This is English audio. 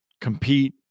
compete